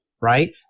right